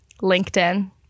LinkedIn